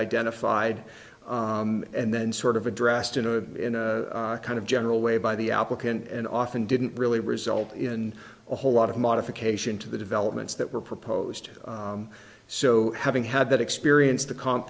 identified and then sort of addressed in a kind of general way by the applicant and often didn't really result in a whole lot of modification to the developments that were proposed so having had that experience to comp